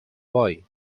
voy